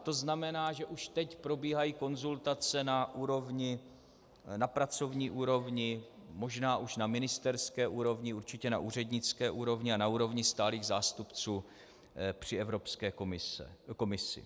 To znamená, že už teď probíhají konzultace na pracovní úrovni, možná už na ministerské úrovni, určitě na úřednické úrovni a na úrovni stálých zástupců při Evropské komisi.